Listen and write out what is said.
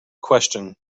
question